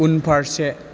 उनफारसे